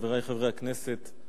חברי חברי הכנסת,